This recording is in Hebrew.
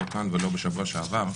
לא כאן ולא בשבוע שעבר,